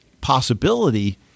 possibility